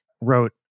wrote